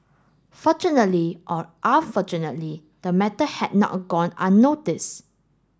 fortunately or unfortunately the matter had not gone unnoticed